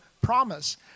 promise